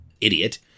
idiot